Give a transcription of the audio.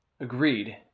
agreed